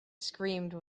screamed